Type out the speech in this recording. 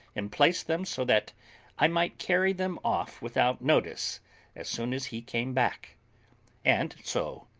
and place them so that i might carry them off without notice as soon as he came back and so,